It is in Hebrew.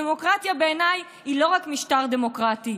דמוקרטיה בעיניי היא לא רק משטר דמוקרטי,